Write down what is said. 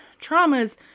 traumas